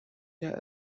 der